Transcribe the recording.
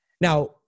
Now